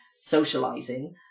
socializing